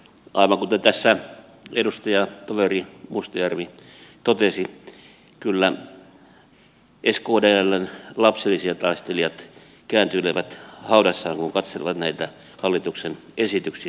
aivan kuten tässä edustajatoveri mustajärvi totesi kyllä skdln lapsilisätaistelijat kääntyilevät haudassaan kun katselevat näitä hallituksen esityksiä